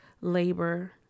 labor